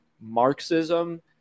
marxism